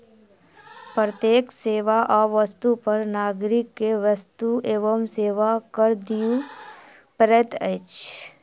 प्रत्येक सेवा आ वस्तु पर नागरिक के वस्तु एवं सेवा कर दिअ पड़ैत अछि